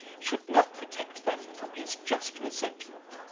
should not protect them from his just resentment.